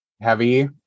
heavy